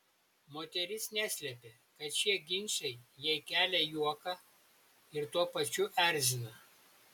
moteris neslepia kad šie ginčai jai kelia juoką ir tuo pačiu erzina